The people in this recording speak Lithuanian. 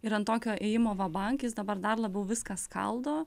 ir ant tokio ėjimo va bank jis dabar dar labiau viską skaldo